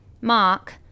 Mark